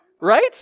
Right